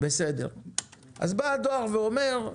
בא הדואר ואומר: